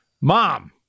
Mom